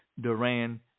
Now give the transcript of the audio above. Duran